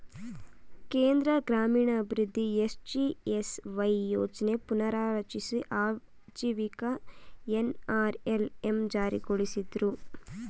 ಕೇಂದ್ರ ಗ್ರಾಮೀಣಾಭಿವೃದ್ಧಿ ಎಸ್.ಜಿ.ಎಸ್.ವೈ ಯೋಜ್ನ ಪುನರ್ರಚಿಸಿ ಆಜೀವಿಕ ಎನ್.ಅರ್.ಎಲ್.ಎಂ ಜಾರಿಗೊಳಿಸಿದ್ರು